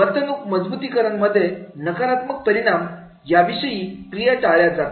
वर्तणूक मजबुतीकरण मध्ये नकरात्मक परिणाम विषयीच्या क्रिया टाळल्या जातात